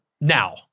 Now